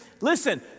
Listen